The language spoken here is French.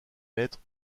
mettre